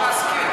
להסכים.